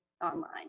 online